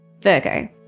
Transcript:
Virgo